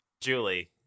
Julie